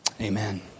Amen